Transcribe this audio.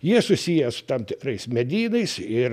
jie susiję su tam tikrais medynais ir